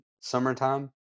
summertime